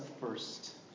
first